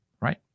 right